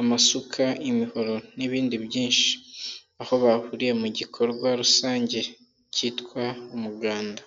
amasuka, imihoro n'ibindi byinshi. Aho bahuriye mu gikorwa rusange kitwa umuganda.